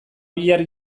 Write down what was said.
bihar